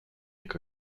comme